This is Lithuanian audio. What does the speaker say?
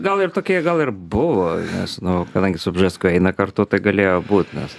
gal ir tokia gal ir buvo nes nu kadangi su bžesku eina kartu tai galėjo būt nes